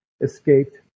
escaped